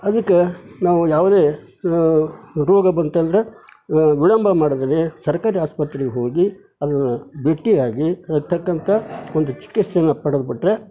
ಅದಕ್ಕೆ ನಾವು ಯಾವುದೇ ರೋಗ ಬಂತಂದ್ರೆ ವಿಳಂಬ ಮಾಡಿದ್ರಿ ಸರ್ಕಾರಿ ಆಸ್ಪತ್ರೆಗೆ ಹೋಗಿ ಅದನ್ನು ಬಿಟ್ಟಿಯಾಗಿ ಇರತಕ್ಕಂಥ ಒಂದು ಚಿಕಿತ್ಸೆನ ಪಡೆದ್ಬಿಟ್ರೆ